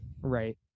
Right